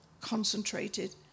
concentrated